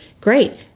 great